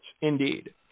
indeed